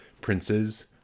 Princes